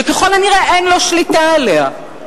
שככל הנראה אין לו שליטה עליה.